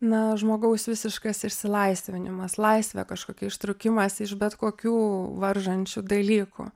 na žmogaus visiškas išsilaisvinimas laisvė kažkokia ištrukimas iš bet kokių varžančių dalykų